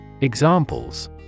Examples